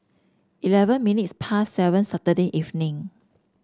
eleven minutes past seven Saturday evening